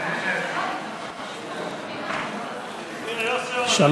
הנה, יוסי יונה, תשובה מוחצת.